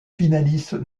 finalistes